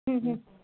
हूं हूं